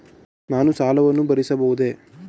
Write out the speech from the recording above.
ನಾನು ಸಾಲವನ್ನು ಭರಿಸಬಹುದೇ?